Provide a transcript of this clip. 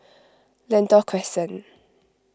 Lentor Crescent